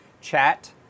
chat